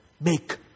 Make